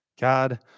God